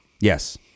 Yes